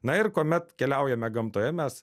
na ir kuomet keliaujame gamtoje mes